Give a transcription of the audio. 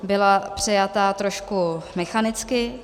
Byla přejata trošku mechanicky.